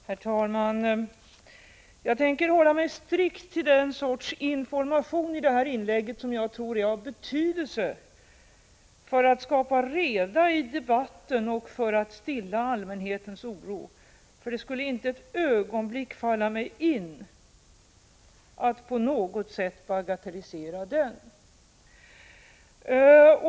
Herr talman! Jag tänker i det här inlägget hålla mig strikt till den sorts information som jag tror är av betydelse för att skapa reda i debatten och för att stilla allmänhetens oro, som det inte ett ögonblick skulle falla mig in att på något sätt bagatellisera.